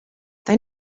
they